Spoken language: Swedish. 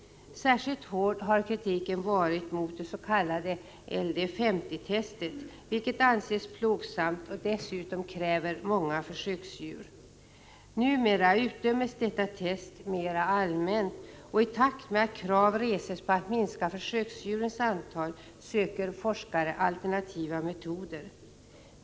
Särskilt hård har kritiken varit mot det s.k. LDS0-testet, vilket anses plågsamt och dessutom kräver många försöksdjur. Numera utdöms detta test mera allmänt, och i takt med att krav reses på att minska försöksdjurens antal söker forskare alternativa metoder.